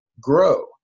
grow